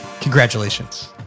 congratulations